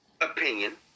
opinion